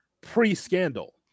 pre-scandal